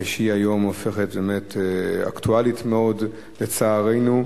שהיום הופכת אקטואלית מאוד, לצערנו,